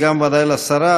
וגם ודאי לשרה,